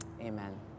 amen